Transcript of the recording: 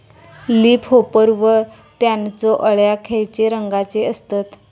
Leaf hopper व त्यानचो अळ्या खैचे रंगाचे असतत?